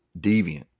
deviant